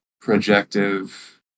projective